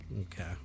Okay